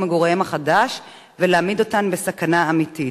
מגוריהן החדש ולהעמיד אותן בסכנה אמיתית.